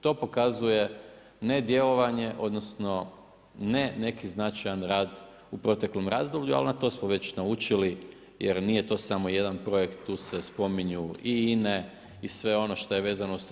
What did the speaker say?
To pokazuje nedjelovanje, odnosno ne neki značajan rad u proteklom razdoblju ali na to smo već naučili jer nije to samo jedan projekt, to su spominje i INA i sve ono što je vezano uz to.